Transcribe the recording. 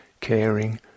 caring